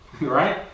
Right